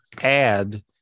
add